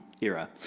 era